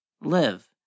live